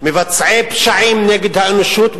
מבצעי פשעים נגד האנושות,